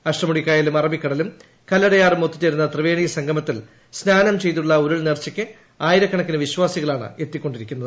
അഷ്ടമുടിക്കായലും അറബിക്കടലും കല്ലട്ടയാറും ഒത്തുചേരുന്ന ത്രിവേണി സംഗമത്തിൽ സ്നാന്നും ചെയ്തുള്ള ഉരുൾനേർച്ചയ്ക്ക് ആയിരക്കണക്കിനു വിശ്വാസികളാണ് എത്തിക്കൊണ്ടിരിക്കുന്നത്